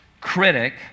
critic